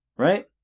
Right